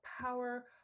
power